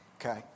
okay